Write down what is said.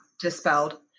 dispelled